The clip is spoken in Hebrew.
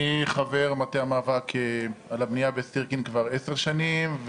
אני חבר מטה המאבק על הבנייה בסירקין כבר עשר שנים,